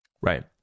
Right